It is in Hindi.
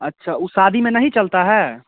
अच्छा वह शादी में नहीं चलती है